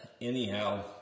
anyhow